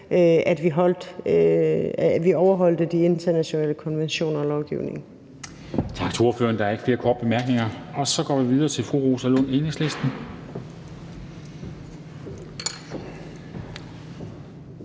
at vi overholdt de internationale konventioner og lovgivningen.